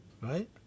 right